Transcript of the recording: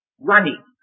running